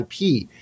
IP